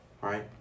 Right